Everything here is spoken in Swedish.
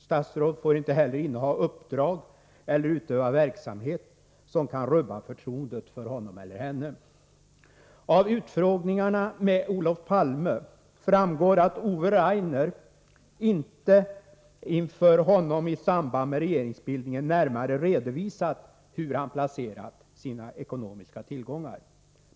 Statsråd får inte heller inneha uppdrag eller utöva verksamhet, som kan rubba förtroendet för honom eller henne. Av utfrågningarna med Olof Palme framgår att Ove Rainer inte inför honom i samband med regeringsbildningen närmare redovisat hur han placerat sina ekonomiska tillgångar.